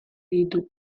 ditu